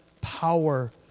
power